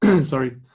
sorry